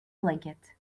blanket